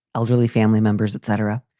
elderly, family members, etc.